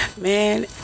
man